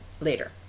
later